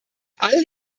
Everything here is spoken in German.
all